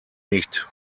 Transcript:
nicht